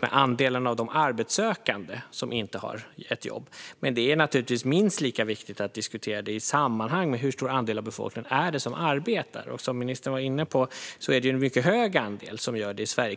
den andel av de arbetssökande som inte har ett jobb. Men det är naturligtvis minst lika viktigt att diskutera det tillsammans med frågan hur stor andel av befolkningen som arbetar. Som ministern var inne på är det en mycket hög andel som gör det i Sverige.